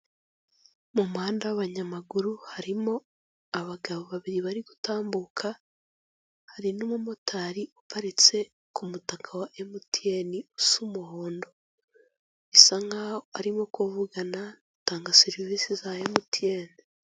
Mu muhanda w'abanyamaguru, harimo abagabo babiri bari gutambuka, hari n'umumotari uparitse ku mutaka wa MTN usa umuhondo, bisa nk'aho arimo kuvugana n'utanga serivise za MTN.